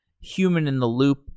human-in-the-loop